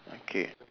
okay